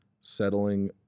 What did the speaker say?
settling